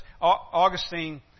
Augustine